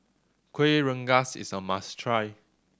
Kuih Rengas is a must try